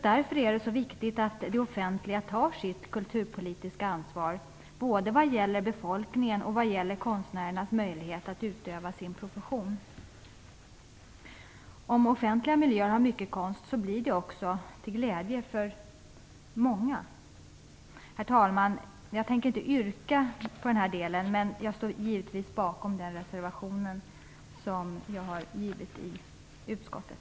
Därför är det viktigt att det offentliga tar sitt kulturpolitiska ansvar, både när det gäller befolkningen och när det gäller konstnärernas möjlighet att utöva sin profession. Om det finns mycket konst i offentliga miljöer blir detta också till glädje för många. Herr talman! Jag har inget yrkande, men jag står givetvis bakom den reservation som jag har avgivit till betänkandet.